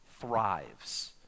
thrives